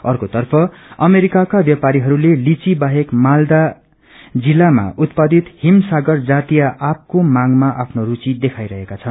अर्कोतर्फ अमेरिकाका व्यापारीहरूले लिची बाहेक मालदा जिल्लामा उत्पादित हिम सागर जातीय औँपको मागमा आफ्नो रूची देखाइरहेका छन्